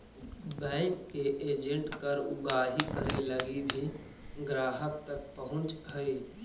bank के agent कर उगाही करे लगी भी ग्राहक तक पहुंचऽ हइ